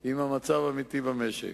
עם המצב האמיתי במשק.